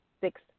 six